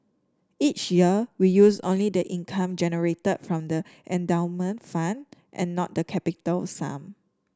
each year we use only the income generated from the endowment fund and not the capital sum